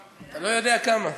דאגתי, אתה לא יודע כמה.